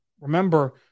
Remember